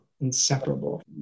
inseparable